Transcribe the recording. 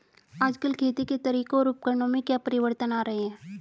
आजकल खेती के तरीकों और उपकरणों में क्या परिवर्तन आ रहें हैं?